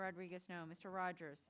rodriguez no mr rogers